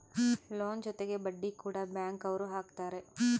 loan ಜೊತೆಗೆ ಬಡ್ಡಿ ಕೂಡ ಬ್ಯಾಂಕ್ ಅವ್ರು ಹಾಕ್ತಾರೆ